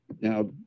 Now